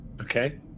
Okay